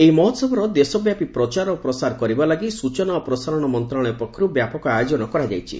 ଏହି ମହୋହବର ଦେଶବ୍ୟାପୀ ପ୍ରଚାର ଓ ପ୍ରସାର କରିବା ଲାଗି ସୂଚନା ଓ ପ୍ରସାରଣ ମନ୍ତ୍ରଶାଳୟ ପକ୍ଷରୁ ବ୍ୟାପକ ଆୟୋଜନ କରାଯାଇଛି